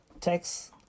text